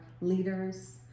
leaders